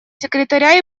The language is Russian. секретаря